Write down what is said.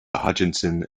hutchinson